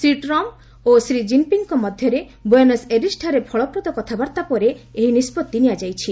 Shri Trump ଓ ଶ୍ରୀ ଜିନ୍ପିଙ୍ଗ୍ଙ୍କ ମଧ୍ୟରେ ଗୁଏନସ୍ ଏଇରିସ୍ଠାରେ ଫଳପ୍ରଦ କଥାବାର୍ତ୍ତା ପରେ ଏହି ନିଷ୍ପଭି ନିଆଯାଇଛି